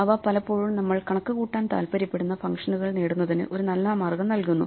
അവ പലപ്പോഴും നമ്മൾ കണക്കുകൂട്ടാൻ താൽപ്പര്യപ്പെടുന്ന ഫംഗ്ഷനുകൾ നേടുന്നതിന് ഒരു നല്ല മാർഗ്ഗം നൽകുന്നു